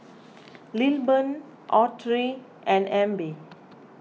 Lilburn Autry and Abbie